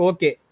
Okay